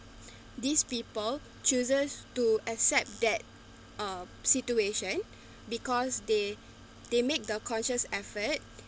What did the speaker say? this people chooses to accept that a situation because they they make the conscious effort